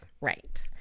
right